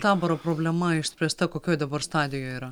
taboro problema išspręsta kokioj dabar stadijoj yra